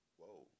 whoa